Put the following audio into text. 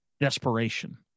desperation